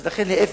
אז לכן להיפך,